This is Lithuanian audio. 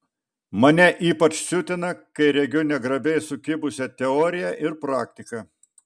mane ypač siutina kai regiu negrabiai sukibusią teoriją ir praktiką